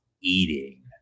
eating